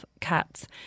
cats